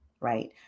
right